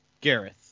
Gareth